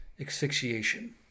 asphyxiation